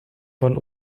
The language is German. von